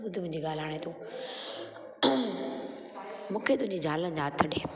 चयईसि ॿुधु मुंहिंजी ॻाल्हि हाणे तूं मूंखे तुंहिंजी ज़ाल जा हथ ॾे